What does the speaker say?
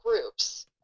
groups